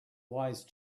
wise